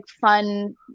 fun